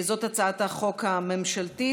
זאת הצעת החוק הממשלתית.